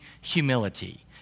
humility